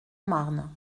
marne